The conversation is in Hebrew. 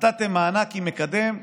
נתתם מענק עם מקדם,